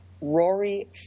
Rory